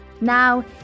Now